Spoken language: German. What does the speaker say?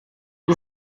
wie